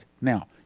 now